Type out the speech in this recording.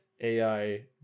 AI